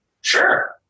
Sure